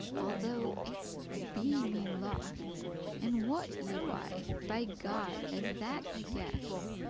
although it be me loth and wot ye why? by god, as that i guess,